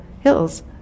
hills